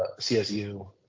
CSU